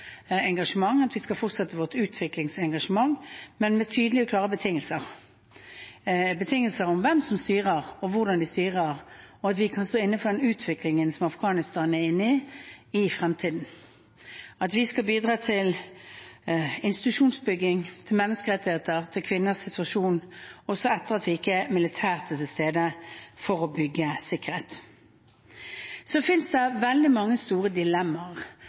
engasjement, at vi skal fortsette vårt utviklingsengasjement, men med tydelige og klare betingelser – betingelser om hvem som styrer, og hvordan de styrer, at vi i fremtiden kan stå inne for den utviklingen Afghanistan er inne i, og at vi skal bidra til institusjonsbygging, til menneskerettigheter og til bedring av kvinners situasjon også etter at vi ikke militært er til stede for å bygge sikkerhet. Så finnes det veldig mange store